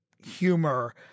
humor